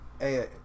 Hey